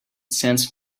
sense